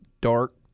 dark